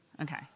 Okay